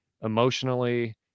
emotionally